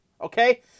Okay